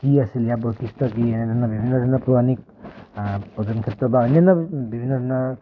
কি আছিল ইয়াৰ বৈশিষ্ট্য কি এনেধৰণৰ বিভিন্ন ধৰণৰ পৌৰাণিক পৰ্যটন ক্ষেত্ৰ বা অন্যান্য বিভিন্ন ধৰণৰ